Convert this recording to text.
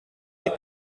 les